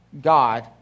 God